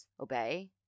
obey